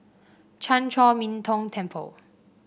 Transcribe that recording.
Chan Chor Min Tong Temple